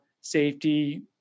safety